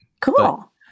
Cool